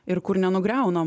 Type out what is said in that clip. ir kur nenugriauna